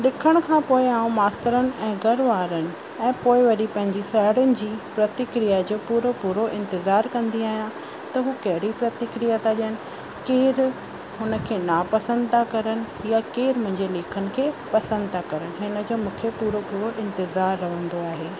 लिखण खां पोए आऊं मास्तरनि ऐं घरवारनि ऐं पोए वरी पंहिंजी साहेड़ियुनि जी प्रतिक्रिया जो पूरो पूरो इंतिज़ारु कंदी आहियां त हू कहिड़ी प्रतिक्रिया था ॾियनि या केरु हुन खे नापसंदि था करनि या केरु मुंहिंजे लेखन था करनि हिन जो मूंखे पूरो पूरो इंतिज़ार रहंदो आहे